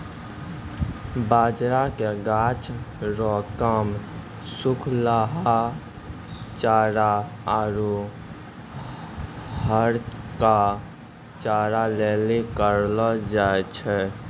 बाजरा के गाछ रो काम सुखलहा चारा आरु हरका चारा लेली करलौ जाय छै